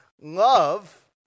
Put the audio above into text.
Love